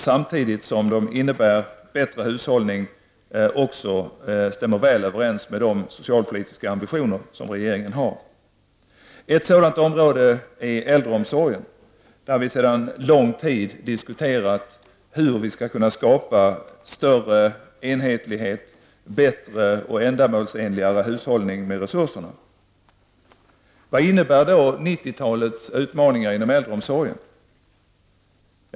Samtidigt som det innebär bättre hushållning stämmer dessa förslag också väl överens med de socialpolitiska ambitioner som regeringen har. Ett sådant område är äldreomsorgen. Vi har sedan lång tid diskuterat hur vi skall kunna skapa större enhetlighet, bättre och ändamålsenligare hushållning med resurserna. Vad innebär då 90-talets utmaningar inom äldreomsorgen?